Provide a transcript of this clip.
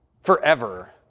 forever